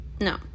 No